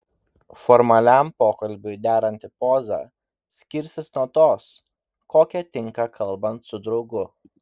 formaliam pokalbiui deranti poza skirsis nuo tos kokia tinka kalbant su draugu